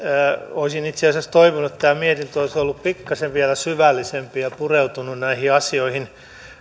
olisin itse asiassa toivonut että tämä mietintö olisi ollut vielä pikkasen syvällisempi ja pureutunut näihin asioihin